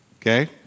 okay